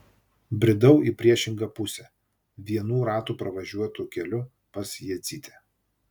bridau į priešingą pusę vienų ratų pravažiuotu keliu pas jadzytę